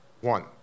one